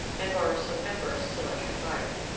and borrow some embers to light her fire.